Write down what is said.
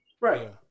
Right